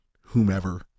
whomever